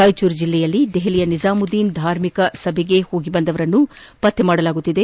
ರಾಯಚೂರು ಜಿಲ್ಲೆಯಲ್ಲಿ ದೆಹಲಿಯ ನಿಜಾಮುದ್ದೀನ್ ಧಾರ್ಮಿಕ ಸಭೆಗೆ ಹೋಗಿ ಬಂದವರನ್ನು ಪತ್ತೆ ಮಾಡಲಾಗುತ್ತಿದೆ